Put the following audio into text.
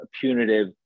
punitive